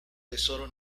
tesoro